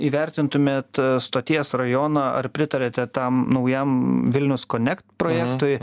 įvertintumėt stoties rajoną ar pritariate tam naujam vilnius konekt projektui